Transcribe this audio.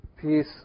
Peace